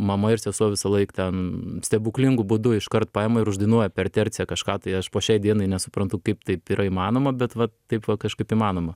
mama ir sesuo visąlaik ten stebuklingu būdu iškart paima ir uždainuoja per terciją kažką tai aš po šiai dienai nesuprantu kaip taip yra įmanoma bet va taip va kažkaip įmanoma